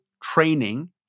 training